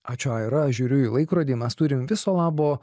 ačiū aira žiūriu į laikrodį mes turim viso labo